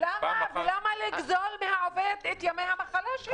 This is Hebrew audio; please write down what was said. למה לגזול מן העובד את ימי המחלה שלו?